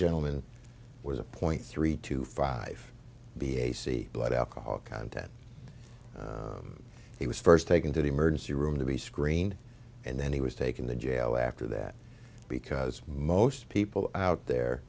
gentleman was a point three two five b a c blood alcohol content he was first taken to the emergency room to be screened and then he was taken the jail after that because most people out there